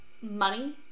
money